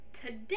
today